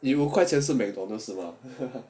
你五块钱是 McDonald 是吗